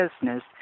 business